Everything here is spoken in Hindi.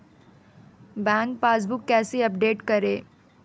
बैंक पासबुक कैसे अपडेट करें?